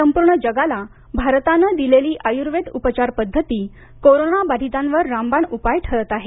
संपूर्ण जगाला भारतानं दिलेली आयूर्वेद उपचारपद्धती कोरोना बाधितांवर रामबाण उपाय ठरत आहे